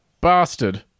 Bastard